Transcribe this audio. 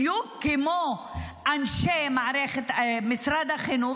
בדיוק כמו אנשי מערכת משרד החינוך,